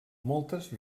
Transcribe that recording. moltes